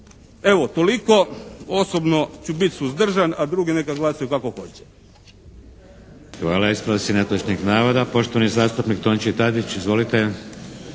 Evo, toliko. Osobno ću biti suzdržan, a drugi neka glasuju kako hoće.